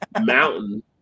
Mountain